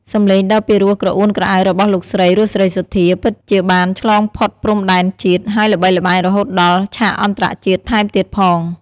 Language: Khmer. សំឡេងដ៏ពីរោះក្រអួនក្រអៅរបស់លោកស្រី រស់ សេរីសុទ្ធា ពិតជាបានឆ្លងផុតព្រំដែនជាតិ ហើយល្បីល្បាញរហូតដល់ ឆាកអន្តរជាតិ ថែមទៀតផង។